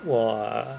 !wah!